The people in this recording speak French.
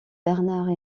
bernard